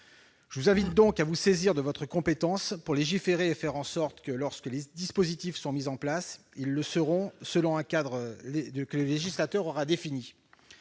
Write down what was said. mes chers collègues, à vous saisir de votre compétence pour légiférer et faire en sorte que lorsque des dispositifs seront mis en place, ce soit selon le cadre que le législateur aura défini.